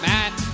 Matt